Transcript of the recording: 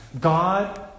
God